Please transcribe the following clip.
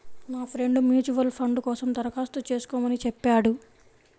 నా friend mutual fund కోసం దరఖాస్తు చేస్కోమని చెప్పాడు